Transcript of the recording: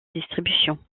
distribution